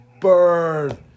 burn